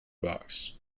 box